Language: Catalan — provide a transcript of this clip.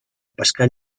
pescar